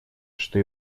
что